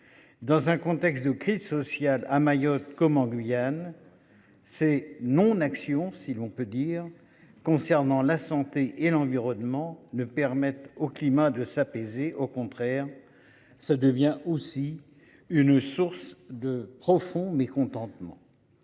Dans un contexte de crise sociale à Mayotte comme en Guyane. C'est non action si l'on peut dire concernant la santé et l'environnement le permettent au climat de s'apaiser, au contraire ça devient aussi une source de profond mécontentement.